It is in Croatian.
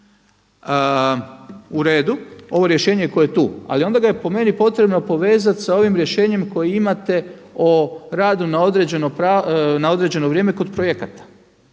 uredu, ovo rješenje koje je tu, ali onda ga je po meni potrebno povezati sa ovim rješenjem koji imate o radu na određeno vrijeme kod projekata,